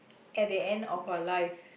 at the end of our life